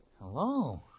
Hello